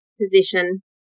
position